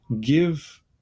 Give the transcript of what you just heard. give